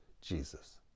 Jesus